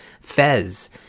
Fez